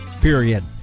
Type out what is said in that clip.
period